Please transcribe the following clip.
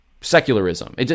secularism